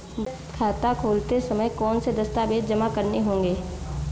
बचत खाता खोलते समय कौनसे दस्तावेज़ जमा करने होंगे?